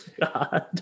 God